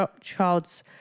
Child's